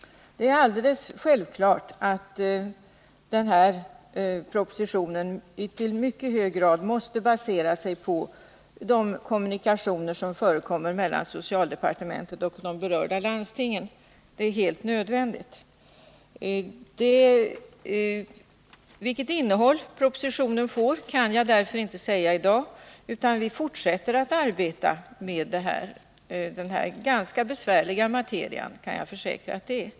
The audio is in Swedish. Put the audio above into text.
Det är alldeles självklart att den här propositionen i mycket hög grad måste basera sig på de kommunikationer som förekommer mellan socialdepartementet och de berörda landstingen; det är helt nödvändigt. Vilket innehåll propositionen får kan jag därför inte säga i dag. Vi fortsätter att arbeta med denna ganska besvärliga materia — vilket jag kan försäkra att den är.